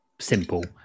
simple